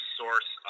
source